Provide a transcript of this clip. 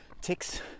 Ticks